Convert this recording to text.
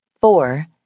four